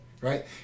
right